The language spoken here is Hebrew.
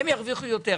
הם ירוויחו יותר.